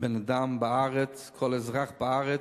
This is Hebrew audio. בן-אדם בארץ, כל אזרח בארץ.